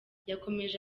yakomeje